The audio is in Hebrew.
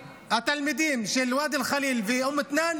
התלמידים של ואדי אל-ח'ליל ואום מתנאן